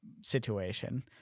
situation